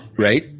right